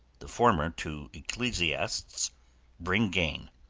the former to ecclesiasts bring gain